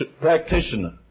practitioner